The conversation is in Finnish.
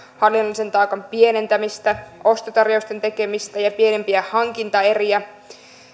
hallinnollisen taakan pienentämistä ostotarjousten tekemistä ja pienempiä hankintaeriä